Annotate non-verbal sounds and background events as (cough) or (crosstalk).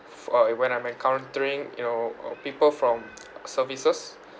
for uh when I'm encountering you know uh people from (noise) services